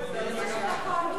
איזה אופוזיציה.